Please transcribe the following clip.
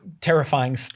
Terrifying